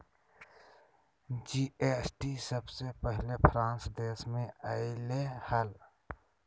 GST सबसे पहले France देश मे अइले हल